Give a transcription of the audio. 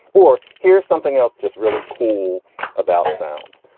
or here's something else just really cool about sounds.